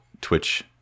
twitch